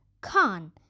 Khan